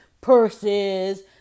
purses